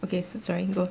okay sorry go